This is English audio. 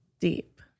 Deep